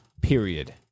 period